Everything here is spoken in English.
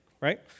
Right